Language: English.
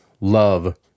love